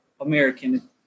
American